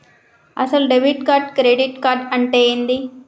అసలు debit card credit card అంటే ఏంది?